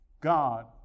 God